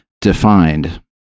defined